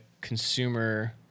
consumer